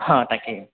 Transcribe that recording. অঁ তাকে